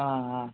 ஆ ஆ